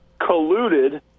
colluded